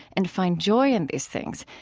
and find joy in these things,